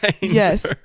Yes